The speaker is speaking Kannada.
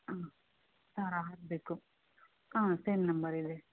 ಆಂ ಸಾವಿರ ಹಾಕಬೇಕು ಹಾಂ ಸೇಮ್ ನಂಬರ್ ಇದೆ